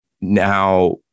now